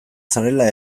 zarela